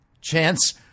chance